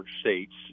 states